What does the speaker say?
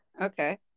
Okay